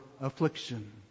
affliction